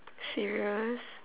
serious